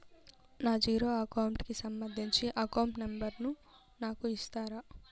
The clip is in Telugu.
నా జీరో అకౌంట్ కి సంబంధించి అకౌంట్ నెంబర్ ను నాకు ఇస్తారా